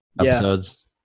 episodes